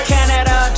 Canada